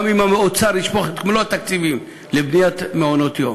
גם אם האוצר ישפוך את מלוא התקציבים לבניית מעונות-יום.